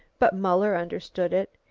but muller understood it.